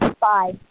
Bye